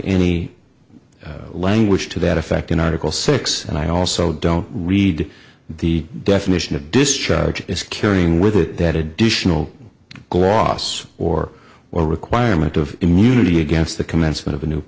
any language to that effect in article six and i also don't read the definition of discharge is carrying with it that additional gloss or or requirement of immunity against the commencement of a new